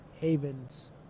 havens